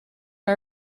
are